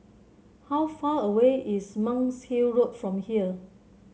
how far away is Monk's Hill Road from here